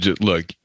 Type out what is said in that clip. look